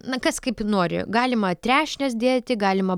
na kas kaip nori galima trešnes dėti galima